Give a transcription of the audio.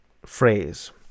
phrase